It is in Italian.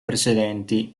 precedenti